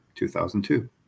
2002